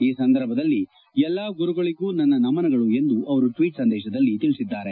ಈ ಸಂದರ್ಭದಲ್ಲಿ ಎಲ್ಲ ಗುರುಗಳಗೂ ನನ್ನ ನಮನಗಳು ಎಂದು ಅವರು ಟ್ನೀಟ್ ಸಂದೇಶದಲ್ಲಿ ತಿಳಿಸಿದ್ದಾರೆ